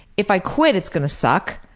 if i quit it's gonna suck,